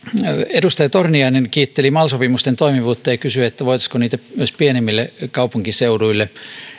edustaja torniainen kiitteli mal sopimusten toimivuutta ja kysyi voitaisiinko niitä saada myös pienemmille kaupunkiseuduille